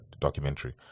documentary